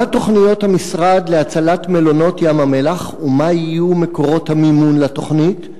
מה תוכניות המשרד להצלת מלונות ים-המלח ומה יהיו מקורות המימון לתוכנית?